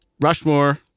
Rushmore